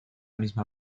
misma